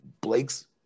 blake's